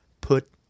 Put